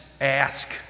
ask